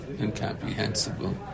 incomprehensible